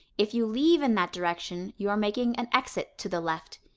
if you leave in that direction, you are making an exit to the left.